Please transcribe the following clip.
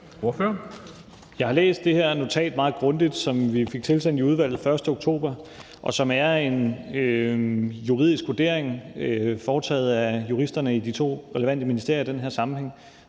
Jeg har læst det her notat, som vi fik tilsendt i udvalget den 1. oktober, meget grundigt. Det er en juridisk vurdering foretaget af juristerne i de to relevante ministerier i den her sammenhæng,